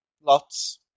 lots